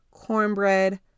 cornbread